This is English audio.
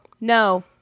no